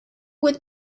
with